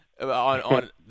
on